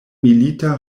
milita